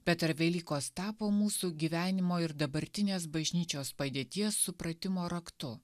bet ar velykos tapo mūsų gyvenimo ir dabartinės bažnyčios padėties supratimo raktu